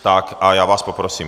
Tak, a já vás poprosím.